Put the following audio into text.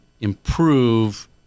improve